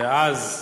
ואז,